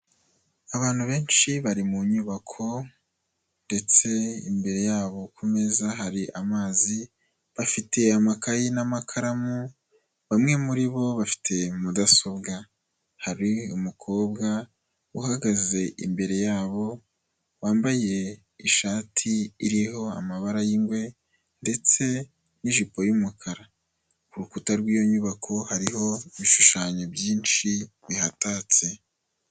Abantu benshi bari mu nyubako, ndetse imbere yabo ku meza hari amazi, bafite amakaye n'amakaramu, bamwe muribo bafite mudasobwa. Hari umukobwa uhagaze imbere yabo, wambaye ishati iriho amabara y'ingwe, ndetse n'ijipo y'umukara. Ku rukuta rw'iyo nyubako, hariho ibishushanyo byinshi bihatatse.